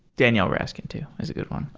danielle baskin too is a good one.